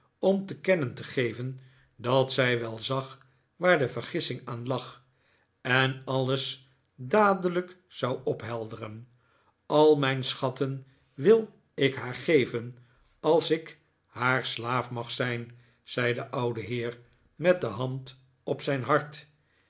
om te kennen te geven dat zij wel zag waar de vergissing aan lag en alles dadelijk zou ophelderen a mijn schatten wil ik haar geven als ik haar slaaf mag zijn zei de oude heer met de hand op zijn hart